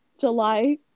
july